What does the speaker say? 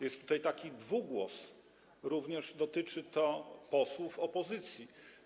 Jest tutaj taki dwugłos, również dotyczy to posłów opozycji.